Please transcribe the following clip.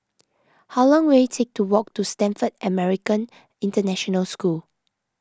how long will it take to walk to Stamford American International School